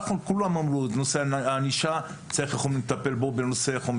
כולם אמרו שצריך לטפל באמצעות הענישה,